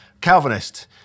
Calvinist